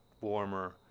warmer